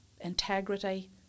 integrity